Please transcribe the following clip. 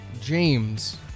James